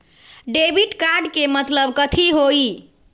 Debit card के मतलब कथी होई?